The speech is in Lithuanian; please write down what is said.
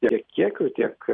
tiek kiekiu tiek